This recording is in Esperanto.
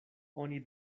oni